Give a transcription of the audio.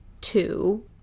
two